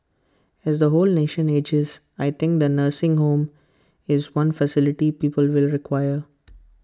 as the whole nation ages I think the nursing home is one facility people will require